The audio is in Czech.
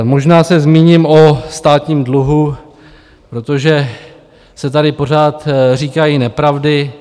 Možná se zmíním o státním dluhu, protože se tady pořád říkají nepravdy.